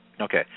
Okay